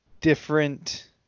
different